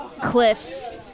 cliffs